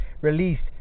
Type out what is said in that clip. released